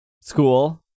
school